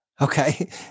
okay